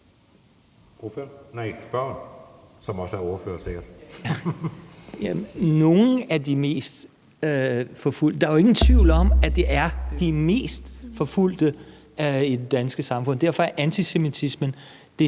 Spørgeren. Kl. 16:34 Kim Valentin (V): Ordføreren siger: Nogle af de mest forfulgte. Der er jo ingen tvivl om, at det er de mest forfulgte i det danske samfund. Derfor er antisemitismen det